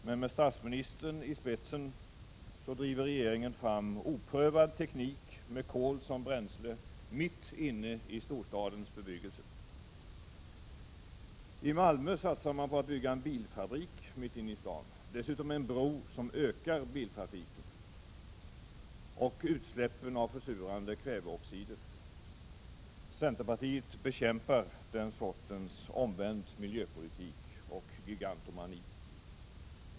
Men med statsministern i spetsen driver regeringen fram oprövad teknik med kol som bränsle mitt inne i storstadens bebyggelse. I Malmö satsar man på att bygga en bilfabrik mitt inne i staden och dessutom en bro som ökar biltrafiken och utsläppen av försurande kväveoxider. Centerpartiet bekämpar den sortens omvänd miljöpolitik och gigantomani.